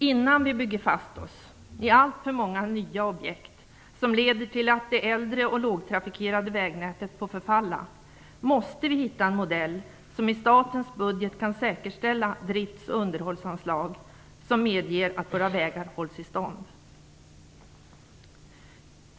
Innan vi bygger oss fast i alltför många nya objekt, som leder till att det äldre och lågtrafikerade vägnätet får förfalla, måste vi hitta en modell som i statens budget kan säkerställa drifts och underhållsanslag som medger att våra vägar hålls i stånd.